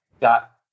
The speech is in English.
got